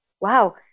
wow